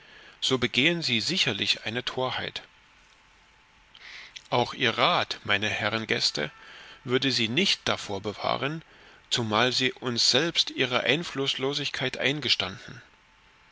so begehen sie sicherlich eine torheit auch ihr rat meine herren gäste würde sie nicht davor bewahren zumal sie uns selbst ihre einflußlosigkeit eingestanden